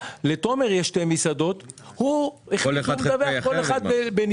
לתומר יש שתי מסעדות, הוא מדווח על כל אחת בנפרד.